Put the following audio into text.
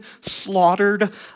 slaughtered